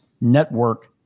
network